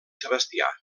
sebastià